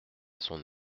son